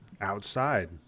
outside